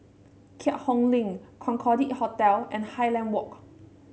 Keat Hong Link Concorde Hotel and Highland Walk